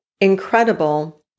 incredible